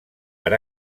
per